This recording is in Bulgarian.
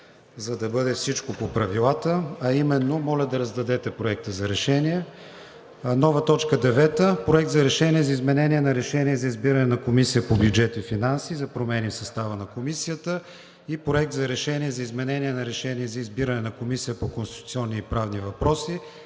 за да бъде всичко по правилата, а именно, моля да раздадете Проекта за решение. Нова т. 9 – Проект за решение за изменение на решение за избиране на Комисия по бюджет и финанси за промени в състава на Комисията и Проект за решение за изменение на Решение за избиране на Комисия по конституционни и правни въпроси